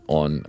on